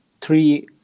three